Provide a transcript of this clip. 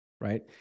Right